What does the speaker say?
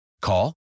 Call